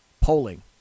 Polling